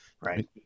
right